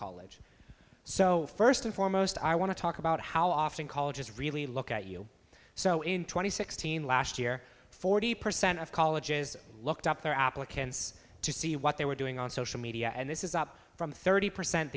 college so first and foremost i want to talk about how often colleges really look at you so in two thousand and sixteen last year forty percent of colleges looked up their applicants to see what they were doing on social media and this is up from thirty percent